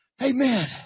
Amen